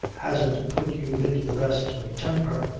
hasn't put you into the best of timper,